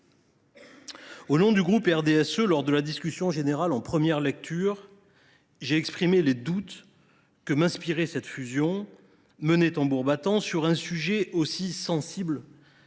Au nom du groupe du RDSE, lors de la discussion générale en première lecture, j’ai exprimé les doutes que m’inspirait cette fusion menée tambour battant sur un sujet aussi sensible